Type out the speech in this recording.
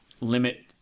limit